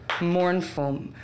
mournful